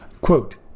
Quote